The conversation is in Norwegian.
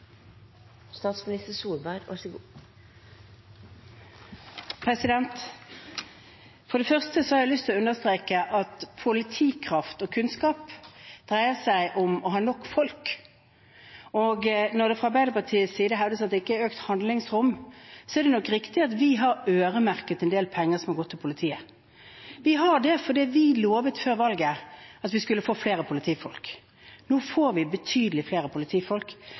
For det første har jeg lyst til å understreke at politikraft og kunnskap dreier seg om å ha nok folk. Når det fra Arbeiderpartiets side hevdes at det ikke er økt handlingsrom, er det nok riktig at vi har øremerket en del penger som har gått til politiet. Vi har gjort det fordi vi før valget lovet at vi skulle få flere politifolk. Nå får vi betydelig flere politifolk,